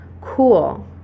Cool